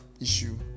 issue